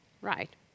right